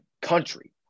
country